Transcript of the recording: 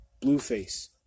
Blueface